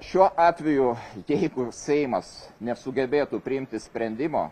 šiuo atveju jeigu seimas nesugebėtų priimti sprendimo